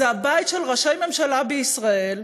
זה הבית של ראשי ממשלה בישראל,